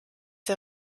der